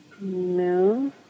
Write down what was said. No